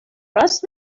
راست